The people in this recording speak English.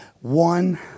one